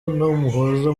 umuhoza